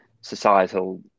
societal